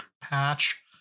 patch